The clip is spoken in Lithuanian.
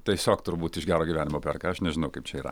tiesiog turbūt iš gero gyvenimo perka aš nežinau kaip čia yra